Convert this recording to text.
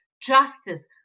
justice